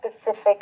specific